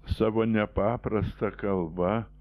savo nepaprasta kalba